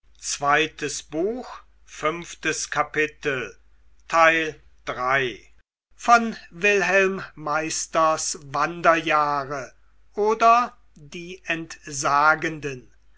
wilhelm meisters wanderjahre oder die entsagenden